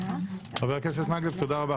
חבר הכנסת מקלב, תודה רבה.